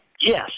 yes